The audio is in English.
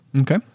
Okay